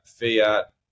fiat